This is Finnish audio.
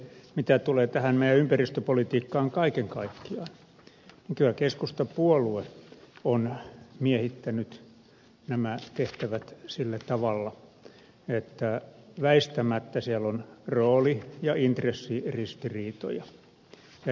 mitä tulee tähän meidän ympäristöpolitiikkaan kaiken kaikkiaan niin kyllä keskustapuolue on miehittänyt nämä tehtävät sillä tavalla että väistämättä siellä on rooli ja intressiristiriitoja ja jälki näkyy